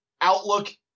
outlook